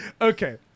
okay